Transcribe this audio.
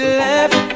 left